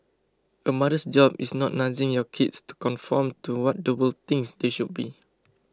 a mother's job is not nudging your kids to conform to what the world thinks they should be